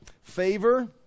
favor